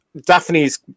Daphne's